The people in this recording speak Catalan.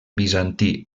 bizantí